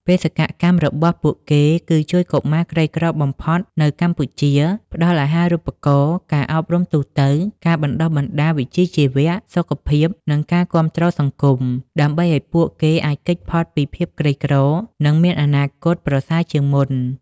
បេសកកម្មរបស់ពួកគេគឺជួយកុមារក្រីក្របំផុតនៅកម្ពុជា ផ្តល់អាហារូបករណ៍ ការអប់រំទូទៅ ការបណ្តុះបណ្តាលវិជ្ជាជីវៈ សុខភាព និងការគាំទ្រសង្គម ដើម្បីឱ្យពួកគេអាចគេចផុតពីភាពក្រីក្រ និងមានអនាគតប្រសើរជាងមុន ។